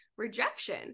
rejection